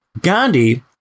Gandhi